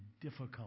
difficult